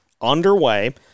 underway